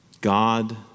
God